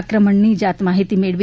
આક્રમણની જાત માહિતી મેળવી